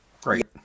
great